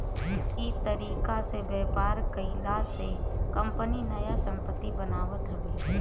इ तरीका से व्यापार कईला से कंपनी नया संपत्ति बनावत हवे